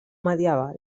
medieval